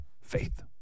Faith